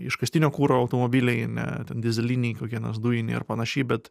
iškastinio kuro automobiliai ne dizeliniai kokie nors dujiniai ar panašiai bet